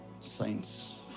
saints